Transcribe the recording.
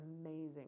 amazing